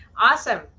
Awesome